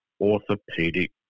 orthopedic